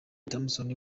thompson